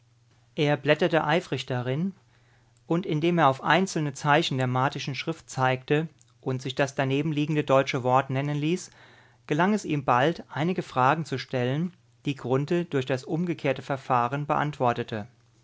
er blätterte eifrig darin und indem er auf einzelne zeichen der martischen schrift zeigte und sich das danebenstehende deutsche wort nennen ließ gelang es ihm bald einige fragen zu stellen die grunthe durch das umgekehrte verfahren beantwortete